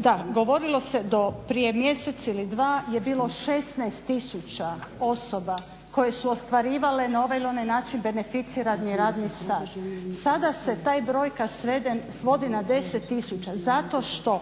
da govorili se do prije mjesec ili dva je bilo 16 tisuća osoba koje su ostvarivale na ovaj ili onaj način beneficirani radni staž, sada se ta brojka svodi na 10 tisuća zato što